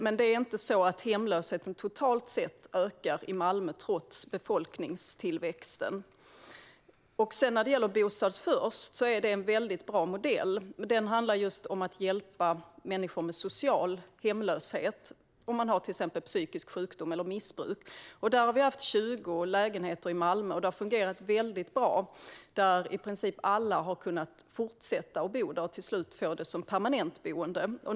Men det är inte så att hemlösheten ökar i Malmö totalt sett, trots befolkningstillväxten. Bostad först är en väldigt bra modell. Den handlar om att hjälpa människor som är i social hemlöshet på grund av till exempel psykisk sjukdom eller missbruk. Där har vi haft 20 lägenheter i Malmö, och det har fungerat väldigt bra. I princip alla har kunnat fortsätta att bo i dessa lägenheter för att till slut få dem som permanentbostäder.